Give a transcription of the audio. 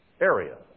area